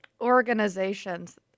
organizations